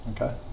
okay